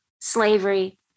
slavery